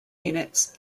units